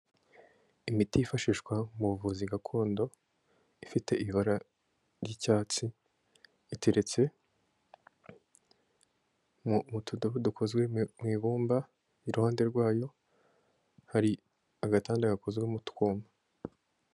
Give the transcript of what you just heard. Imiti yifashishwa mu buvuzi gakondo, ifite ibara ry'icyatsi, iteretse mu tudobo dukozwe mu ibumba, iruhande rwayo hari agatanda gakozwe mu twuma.